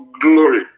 glory